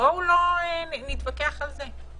בואו לא נתווכח על זה.